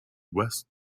west